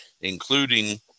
including